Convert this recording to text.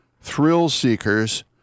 thrill-seekers